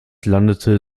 landete